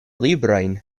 librojn